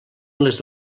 les